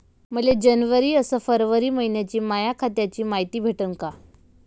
मले जनवरी अस फरवरी मइन्याची माया खात्याची मायती भेटन का?